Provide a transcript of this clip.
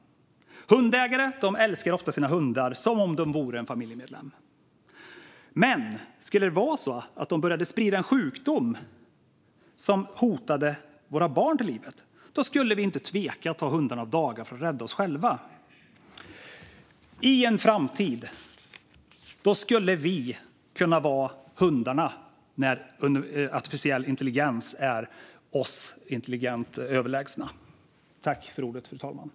Hundägare älskar ofta sina hundar som om de vore en familjemedlem. Men skulle det vara så att de började sprida en sjukdom som hotade våra barn till livet skulle vi inte tveka att ta hundarna av daga för att rädda oss själva. I en framtid skulle vi kunna vara hundarna när artificiell intelligens är oss överlägsna i intelligens.